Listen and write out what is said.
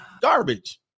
Garbage